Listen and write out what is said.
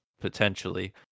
potentially